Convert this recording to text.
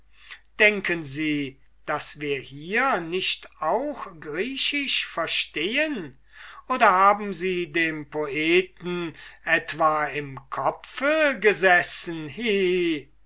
denken sie daß wir hier nicht auch griechisch verstehen oder haben sie dem poeten etwa im kopfe gesessen